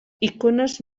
icones